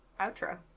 outro